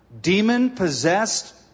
demon-possessed